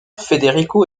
federico